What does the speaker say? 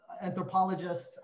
anthropologists